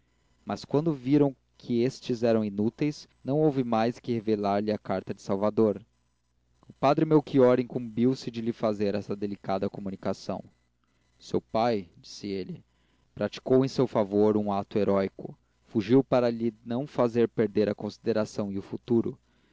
mas quando viram que estes eram inúteis não houve mais que revelar-lhe a carta de salvador o padre melchior incumbiu se de lhe fazer essa delicada comunicação seu pai disse ele praticou em seu favor um ato heróico fugiu para lhe não fazer perder a consideração e o futuro